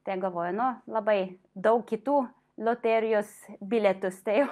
tai galvoju nu labai daug kitų loterijos bilietus tai